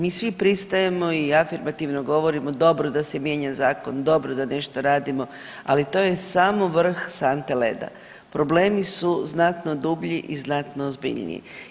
Mi svi pristajemo i afirmativno govorimo dobro da se mijenja zakon, dobro da nešto radimo, ali to je samo vrh sante leda, problemi su znatno dublji i znatno ozbiljniji.